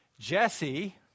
Jesse